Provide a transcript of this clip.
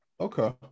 Okay